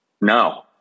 no